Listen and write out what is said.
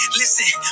listen